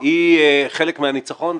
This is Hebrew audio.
היא חלק מהניצחון,